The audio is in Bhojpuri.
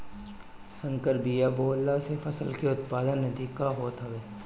संकर बिया बोअला से फसल के उत्पादन अधिका होत हवे